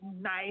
nice